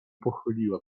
pochyliła